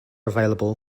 available